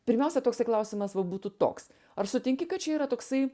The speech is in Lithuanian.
pirmiausia toksai klausimas va būtų toks ar sutinki kad čia yra toksai